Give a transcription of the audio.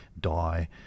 die